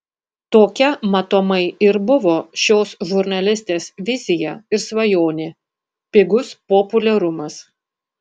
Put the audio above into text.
tokia matomai ir buvo šios žurnalistės vizija ir svajonė pigus populiarumas